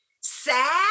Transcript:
sad